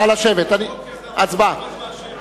הצבעה שמית.